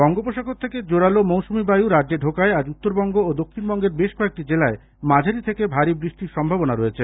বঙ্গোপসাগর থেকে জোরালো মৌসুমি বায়ু রাজ্যে ঢোকায় আজ উত্তরবঙ্গ ও দক্ষিণবঙ্গের বেশ কয়েকটি জেলায় মাঝারি থেকে ভারি বৃষ্টির সম্ভাবনা রয়েছে